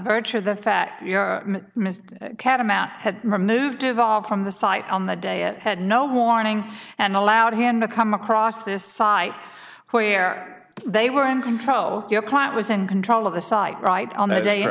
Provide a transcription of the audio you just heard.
virtue of the fact your missed catamount had removed evolve from the site on the day it had no warning and allowed him to come across this site where they were in control your client was in control of the site right on that day